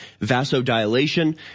vasodilation